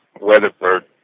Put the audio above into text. Weatherford